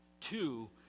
two